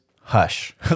hush